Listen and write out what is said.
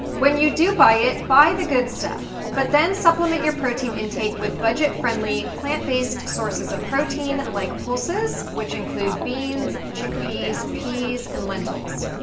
when you do buy it, buy the good stuff, but then supplement your protein intake with budget-friendly, plant-based sources of protein like pulses, which include beans, chickpeas, peas, and lentils.